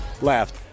left